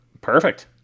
Perfect